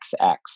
XX